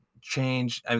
change